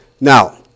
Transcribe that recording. Now